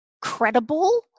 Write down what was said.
credible